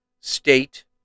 state